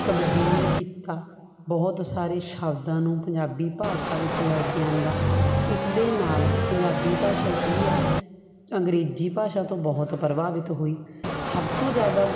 ਤਬਦੀਲ ਕੀਤਾ ਬਹੁਤ ਸਾਰੇ ਸ਼ਬਦਾਂ ਨੂੰ ਪੰਜਾਬੀ ਭਾਸ਼ਾ ਵਿੱਚ ਲੈ ਕੇ ਆਂਦਾ ਇਸਦੇ ਨਾਲ ਪੰਜਾਬੀ ਭਾਸ਼ਾ ਕੀ ਹੈ ਅੰਗਰੇਜ਼ੀ ਭਾਸ਼ਾ ਤੋਂ ਬਹੁਤ ਪ੍ਰਭਾਵਿਤ ਹੋਈ ਸਭ ਤੋਂ ਜ਼ਿਆਦਾ